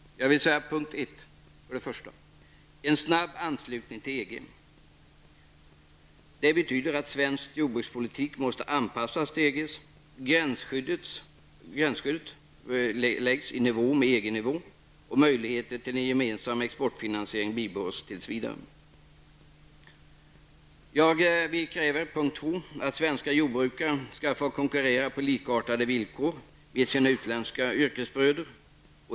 Först och främst vill jag se en snabb anslutning till EG. Det betyder att svensk jordbrukspolitik måste anpassas till EGs. Gränsskyddet bör läggas i nivå med EGs. Möjligheterna till en gemensam exportfinansiering bör bibehållas tills vidare. Dessutom kräver vi att svenska jordbrukare skall få konkurrera på likartade villkor med sina utländska yrkesbröder.